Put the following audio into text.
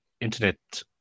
internet